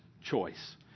choice